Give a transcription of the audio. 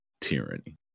tyranny